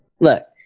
look